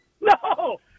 No